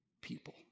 people